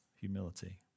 Humility